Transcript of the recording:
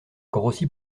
grossi